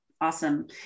Awesome